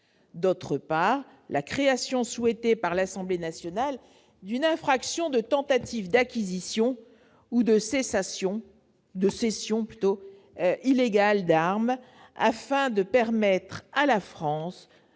d'autre part, la création, souhaitée par l'Assemblée nationale, d'une infraction de tentative d'acquisition ou de cession illégale d'armes, afin de permettre à la France